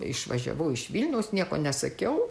išvažiavau iš vilniaus nieko nesakiau